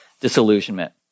Disillusionment